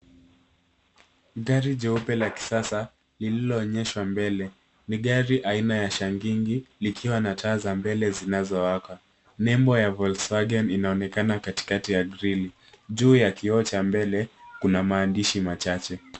Gari jeupe la kisasa lililoonyeshwa mbele ni gari aina ya Shangingi likiwa na taa za mbele zinazo waka ,memo ya Volswargon inaonekana katikati grili. Juu ya kioo cha mbele kuna maandishi machache.